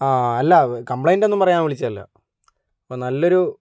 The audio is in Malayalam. ആ അല്ല കംപ്ലൈൻ്റൊന്നും പറയാൻ വിളിച്ചതല്ല നല്ലൊരു